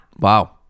Wow